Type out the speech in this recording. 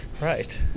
Right